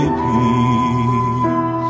peace